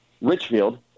Richfield